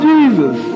Jesus